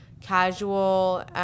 casual